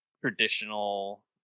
traditional